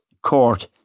court